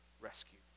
rescue